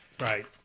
Right